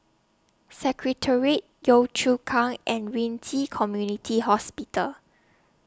Secretariat Yio Chu Kang and Ren Ci Community Hospital